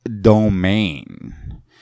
domain